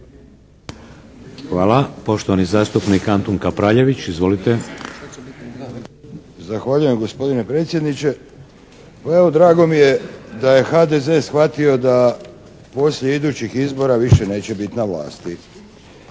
Hvala. Poštovani zastupnik Antun Kapraljević. Izvolite. **Kapraljević, Antun (HNS)** Zahvaljujem gospodine predsjedniče. Pa evo drago mi je da je HDZ shvatio da poslije idućih izbora više neće biti na vlasti.